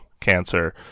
cancer